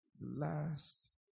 last